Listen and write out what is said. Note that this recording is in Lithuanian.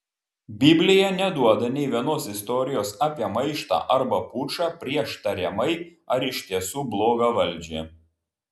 biblija neduoda nė vienos istorijos apie maištą arba pučą prieš tariamai ar iš tiesų blogą valdžią